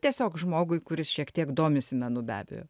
tiesiog žmogui kuris šiek tiek domisi menu be abejo